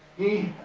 he